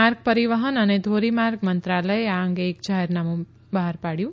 માર્ગ પરીવહન અને ધોરીમાર્ગ મંત્રાલયે આ અંગે એક જાહેરનામું બહાર પાડયું